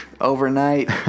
overnight